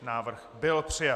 Návrh byl přijat.